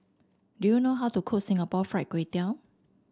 do you know how to cook Singapore Fried Kway Tiao